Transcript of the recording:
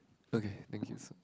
okay thank you so